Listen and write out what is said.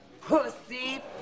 pussy